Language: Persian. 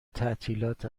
تعطیلات